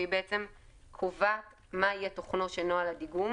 והיא קובעת מה יהיה תוכנו של נוהל הדיגום